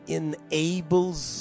enables